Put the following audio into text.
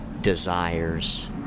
desires